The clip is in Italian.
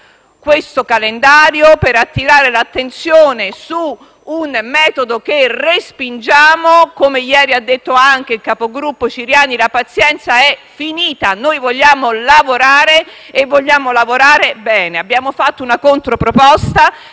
questo calendario dei lavori, per attirare l'attenzione su un metodo che respingiamo. Come ieri ha detto anche il nostro capogruppo Ciriani, la pazienza è finita. Noi vogliamo lavorare e vogliamo farlo bene. Abbiamo avanzato la controproposta